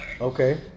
Okay